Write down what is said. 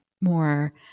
more